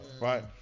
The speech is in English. Right